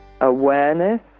awareness